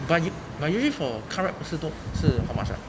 but u~ usually for car ride 不是多是 how much ah